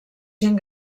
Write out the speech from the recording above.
gent